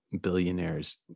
billionaires